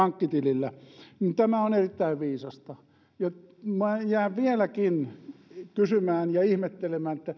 pankkitilillä mikä on erittäin viisasta ja jään vieläkin kysymään ja ihmettelemään